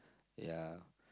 ya